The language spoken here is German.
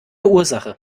ursache